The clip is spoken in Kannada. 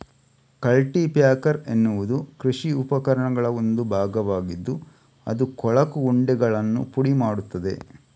ಕಲ್ಟಿ ಪ್ಯಾಕರ್ ಎನ್ನುವುದು ಕೃಷಿ ಉಪಕರಣಗಳ ಒಂದು ಭಾಗವಾಗಿದ್ದು ಅದು ಕೊಳಕು ಉಂಡೆಗಳನ್ನು ಪುಡಿ ಮಾಡುತ್ತದೆ